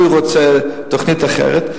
הוא רוצה תוכנית אחרת.